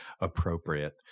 appropriate